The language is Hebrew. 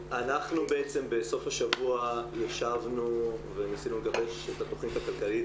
אנחנו בעצם בסוף השבוע ישבנו וניסינו לגבש את התכנית הכלכלית,